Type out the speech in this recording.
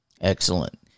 Excellent